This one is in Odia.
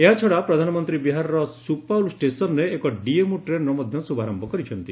ଏହାଛଡା ପ୍ରଧାନମନ୍ତ୍ରୀ ବିହାରର ସୁପାଉଲ୍ ଷ୍ଟେସନ୍ରେ ଏକ ଡିଏମ୍ୟୁ ଟ୍ରେନ୍ର ମଧ୍ୟ ଶୁଭାରମ୍ଭ କରୁଛନ୍ତି